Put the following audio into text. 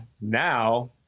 now